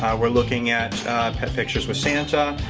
we're looking at pet pictures with santa.